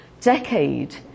decade